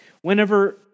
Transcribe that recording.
Whenever